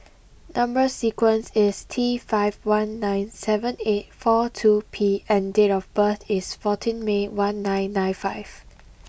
number sequence is T five one nine seven eight four two P and date of birth is fourteen May one nine nine five